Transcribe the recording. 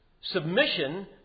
submission